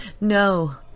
No